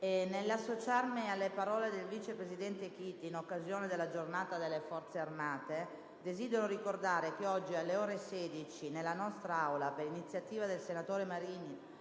Nell'associarmi alle parole del vice presidente Chiti in occasione della Giornata delle Forze armate, desidero ricordare che oggi alle ore 16, nella nostra Aula, per iniziativa del senatore Marini